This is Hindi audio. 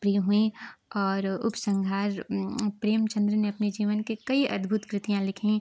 प्रिय हुईं और उपसंहार प्रेमचन्द्र ने अपने जीवन के कई अद्भुत कृतियाँ लिखीं